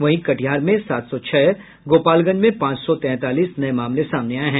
वहीं कटिहार में सात सौ छह गोपालगंज में पांच सौ तैंतालीस नये मामले सामने आये हैं